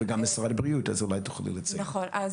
נכון.